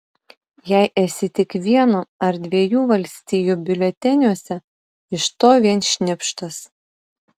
jei esi tik vieno ar dviejų valstijų biuleteniuose iš to vien šnipštas